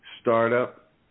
startup